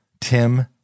Tim